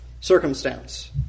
circumstance